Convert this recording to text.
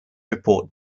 report